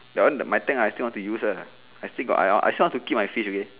that one my tank I still want to use uh I still want to keep my fish okay